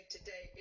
Today